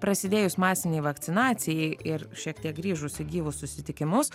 prasidėjus masinei vakcinacijai ir šiek tiek grįžus į gyvus susitikimus